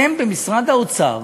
אתם במשרד האוצר